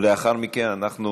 לאחר מכן אנחנו